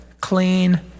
clean